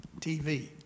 TV